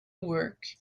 work